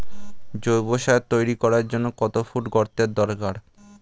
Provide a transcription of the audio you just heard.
জৈব সার তৈরি করার জন্য কত ফুট গর্তের দরকার?